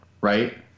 right